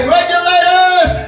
Regulators